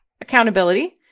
accountability